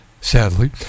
sadly